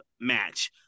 match